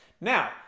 Now